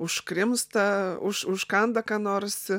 užkrimsta už užkanda ką nors